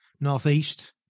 northeast